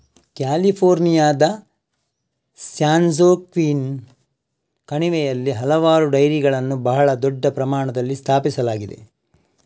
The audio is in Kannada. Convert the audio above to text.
ಕ್ಯಾಲಿಫೋರ್ನಿಯಾದ ಸ್ಯಾನ್ಜೋಕ್ವಿನ್ ಕಣಿವೆಯಲ್ಲಿ ಹಲವಾರು ಡೈರಿಗಳನ್ನು ಬಹಳ ದೊಡ್ಡ ಪ್ರಮಾಣದಲ್ಲಿ ಸ್ಥಾಪಿಸಲಾಗಿದೆ